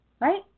right